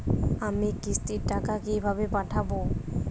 আমি কিস্তির টাকা কিভাবে পাঠাব?